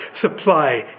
supply